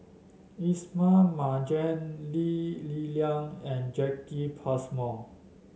Ismail Marjan Lee Li Lian and Jacki Passmore